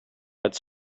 its